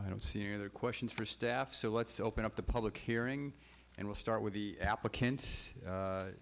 i don't see any other questions for staff so let's open up the public hearing and we'll start with the applicants